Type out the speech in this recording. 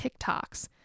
TikToks